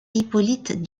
hippolyte